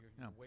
No